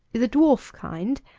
is a dwarf kind,